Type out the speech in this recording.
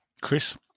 chris